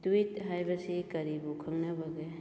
tweet ꯍꯥꯏꯕꯁꯤ ꯀꯔꯤꯕꯨ ꯈꯪꯅꯕꯒꯦ